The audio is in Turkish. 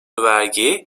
vergi